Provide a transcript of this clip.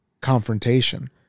confrontation